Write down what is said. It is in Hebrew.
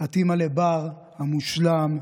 את אימא לבר המושלם,